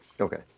Okay